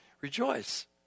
rejoice